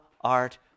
art